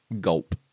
Gulp